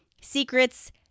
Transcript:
secrets